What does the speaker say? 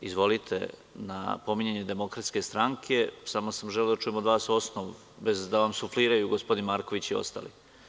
Izvolite, na pominjanje Demokratske stranke, samo sam želeo da čujem od vas osnovu, bez da vam sufliraju gospodin Marković i ostali.